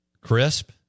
Crisp